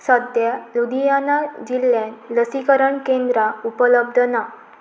सद्या लुधियाना जिल्ल्यांत लसीकरण केंद्रां उपलब्ध ना